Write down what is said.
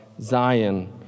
Zion